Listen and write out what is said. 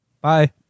Bye